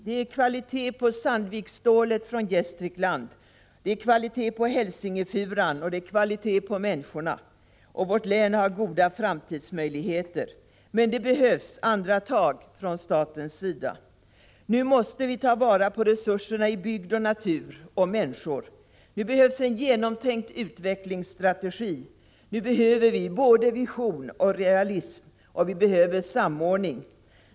Det är kvalitet på Sandviksstålet från Gästrikland, det är kvalitet på Hälsingefuran och det är kvalitet på människorna. Vårt län har goda framtidsmöjligheter. Men det behövs andra tag från statens sida. Nu måste vi ta vara på resurserna i bygd och natur och människor. Nu behövs en genomtänkt utvecklingsstrategi. Nu behöver vi både vision och realism, och vi behöver samordning.